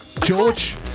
George